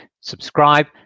Subscribe